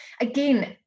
again